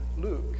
Luke